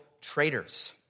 traitors